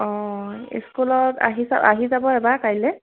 অ স্কুলত আহি যাব এবাৰ কাইলৈ